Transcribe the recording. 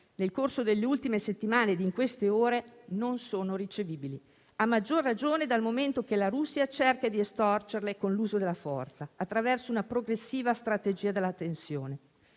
nel corso delle ultime settimane e in queste ore non sono ricevibili, a maggior ragione dal momento che cerca di estorcerle con l'uso della forza, attraverso una progressiva strategia della tensione.